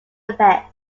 effect